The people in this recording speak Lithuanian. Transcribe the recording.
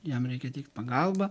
jam reikia teikt pagalbą